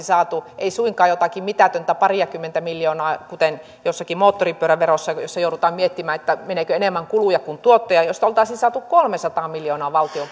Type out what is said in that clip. saatu ei suinkaan jotakin mitätöntä pariakymmentä miljoonaa kuten jossakin moottoripyöräverossa jossa joudutaan miettimään meneekö enemmän kuluja kuin tuottoja vaan oltaisiin saatu kolmesataa miljoonaa valtion